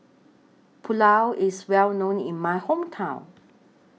Pulao IS Well known in My Hometown